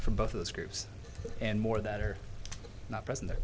for both of those groups and more that are not present